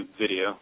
video